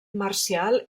marcial